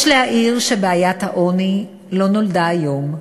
יש להעיר שבעיית העוני לא נולדה היום,